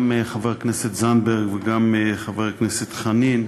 גם חברת הכנסת זנדברג וגם חבר הכנסת חנין,